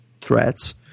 threats